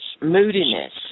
moodiness